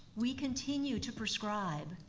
we continue to prescribe,